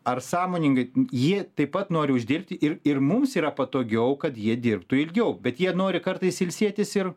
ar sąmoningai jie taip pat nori uždirbti ir ir mums yra patogiau kad jie dirbtų ilgiau bet jie nori kartais ilsėtis ir